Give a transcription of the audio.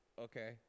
okay